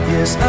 Yes